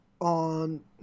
on